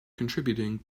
contributing